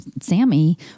sammy